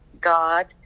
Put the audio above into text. God